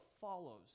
follows